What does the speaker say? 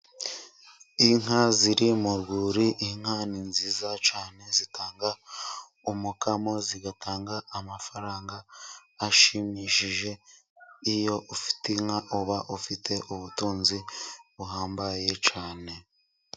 Inka ziri mu rwuri, inka ni nziza cyane, zitanga umukamo, zigatanga amafaranga ashimishije, iyo ufite inka, uba ufite ubutunzi buhambaye cyane.